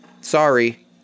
Sorry